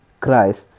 Christ